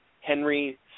Henry